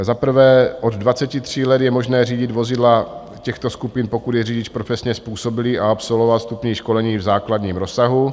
Za prvé, od 23 let je možné řídit vozidla těchto skupin, pokud je řidič profesně způsobilý a absolvoval vstupní školení v základním rozsahu.